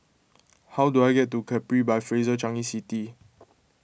how do I get to Capri by Fraser Changi City